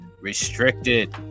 restricted